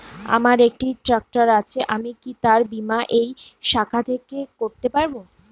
আমার একটি ট্র্যাক্টর আছে আমি কি তার বীমা এই শাখা থেকে করতে পারব?